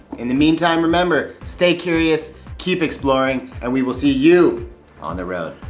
in the meantime remember, stay curious, keep exploring, and we will see you on the road.